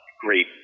great